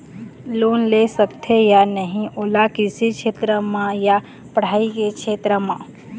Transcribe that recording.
Loan ले सकथे या नहीं ओला कृषि क्षेत्र मा या पढ़ई के क्षेत्र मा?